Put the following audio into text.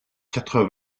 quatre